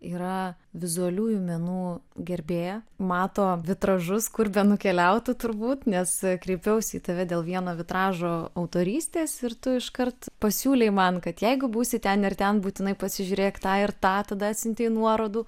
yra vizualiųjų menų gerbėja mato vitražus kur nukeliautų turbūt nes kreipiausi į tave dėl vieno vitražo autorystės ir tu iškart pasiūlei man kad jeigu būsi ten ir ten būtinai pasižiūrėk tą ir tą tada atsiuntei nuorodų